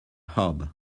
hob